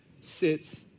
sits